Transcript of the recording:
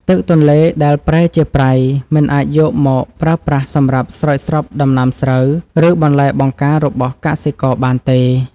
ទឹកទន្លេដែលប្រែជាប្រៃមិនអាចយកមកប្រើប្រាស់សម្រាប់ស្រោចស្រពដំណាំស្រូវ ឬ បន្លែបង្ការរបស់កសិករបានទេ។